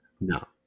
No